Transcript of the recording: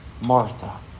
Martha